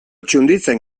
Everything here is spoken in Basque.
txunditzen